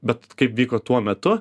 bet kaip vyko tuo metu